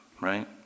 right